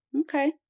okay